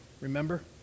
remember